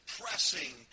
pressing